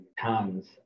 tons